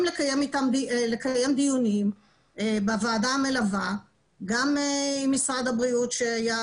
לקיים דיונים בוועדה המלווה גם עם משרד הבריאות שהיה